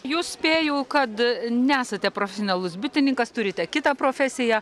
jūs spėju kad nesate profesionalus bitininkas turite kitą profesiją